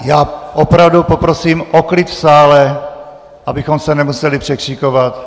Já opravdu poprosím o klid v sále, abychom se nemuseli překřikovat.